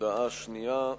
הודעה שנייה,